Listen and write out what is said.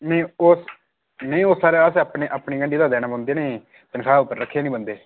नेईं ओह् नेईं ओह् सर असें अपनी अपनी गंडी दा देनी पौदी नी तनखाह् उप्पर रक्खे निं बंदे